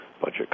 budget